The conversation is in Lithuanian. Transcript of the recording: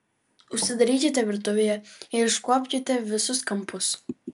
užsidarykite virtuvėje ir iškuopkite visus kampus